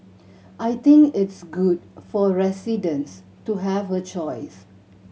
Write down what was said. I think it's good for residents to have a choice